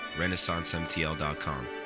renaissancemtl.com